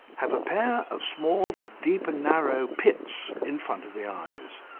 have a pair of small but deep and narrow pits in front of the eyes.